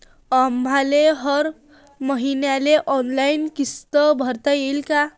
आम्हाले हर मईन्याले ऑनलाईन किस्त भरता येईन का?